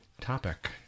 Topic